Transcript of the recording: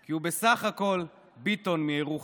כי הוא בסך הכול ביטון מירוחם.